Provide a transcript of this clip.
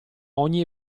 ogni